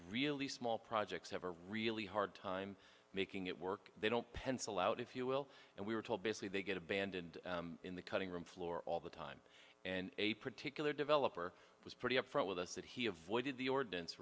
really small projects have a really hard time making it work they don't pencil out if you will and we were told basically they get abandoned in the cutting room floor all the time and a particular developer was pretty upfront with us that he avoided the ordinance